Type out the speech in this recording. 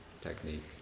technique